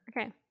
okay